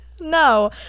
no